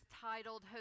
titled